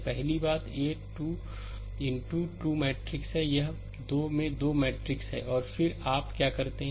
तो पहली बात 2 इनटू 2 मैट्रिक्स है यह 2 में 2 मैट्रिक्स है और फिर आप क्या करते हैं